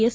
S